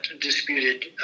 disputed